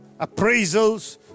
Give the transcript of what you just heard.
appraisals